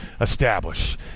establish